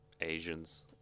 Asians